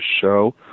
show